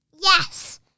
Yes